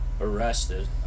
arrested